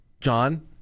John